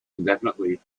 indefinitely